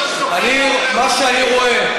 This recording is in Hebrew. מה שאני רואה,